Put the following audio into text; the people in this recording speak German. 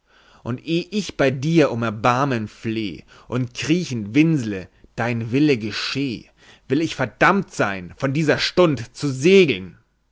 und eh ich bei dir um erbarmen fleh und kriechend winsle dein wille gescheh will ich verdammt sein von dieser stund zu segeln